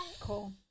cool